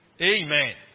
Amen